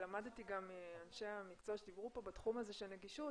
למדתי גם מאנשי המקצוע שדיברו בתחום הזה של נגישות